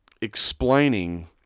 explaining